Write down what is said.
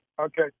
Okay